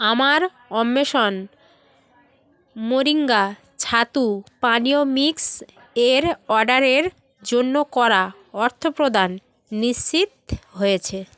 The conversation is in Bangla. আমার অন্বেষণ মোরিঙ্গা ছাতু পানীয় মিক্স এর অর্ডারের জন্য করা অর্থপ্রদান নিশ্চিত হয়েছে